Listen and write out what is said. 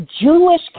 Jewish